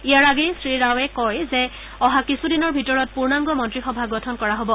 ইয়াৰ আগেয়ে শ্ৰীৰাবে কয় যে অহা কিছুদিনৰ ভিতৰত পূৰ্ণাংগ মন্তীসভা গঠন কৰা হব